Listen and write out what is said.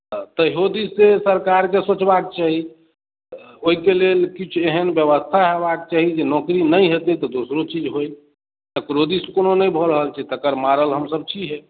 ताहू दिस जे सरकार के सोचबाक छै ओहि के लेल किछु एहन व्यवस्था होयबाक चाही जे नौकरी नहि हेतै तऽ दोसरो चीज होइ तकरो दिस कोनो नहि भ रहल छै तकर मारल हम सब छिहे